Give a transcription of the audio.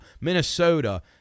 Minnesota